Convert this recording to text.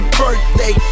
birthday